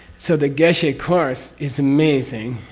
so, the geshe course is amazing,